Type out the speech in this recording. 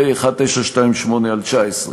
פ/1928/19.